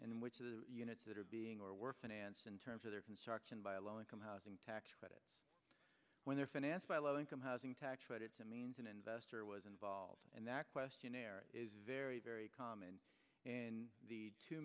and which is units that are being or work finance in terms of their construction by a low income housing tax credit when they're financed by low income housing tax credits a means an investor was involved and that questionnaire is very very common in the two